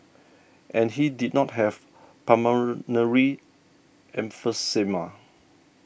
and he did not have pulmonary emphysema